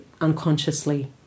unconsciously